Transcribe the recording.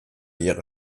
ihre